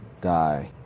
die